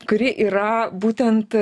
kuri yra būtent